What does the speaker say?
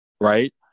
Right